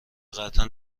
قطعا